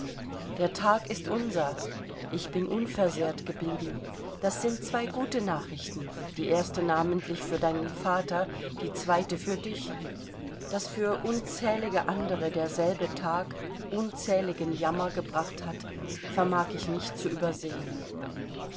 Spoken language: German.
der tag ist unser ich bin unversehrt geblieben das sind zwei gute nachrichten die erste namentlich für deinen vater die zweite für dich daß für unzählige andere derselbe tag unzähligen jammer gebracht hat vermag ich nicht zu übersehen